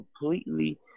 completely